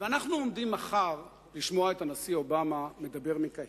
אנחנו עומדים מחר לשמוע את הנשיא אובמה מדבר מקהיר.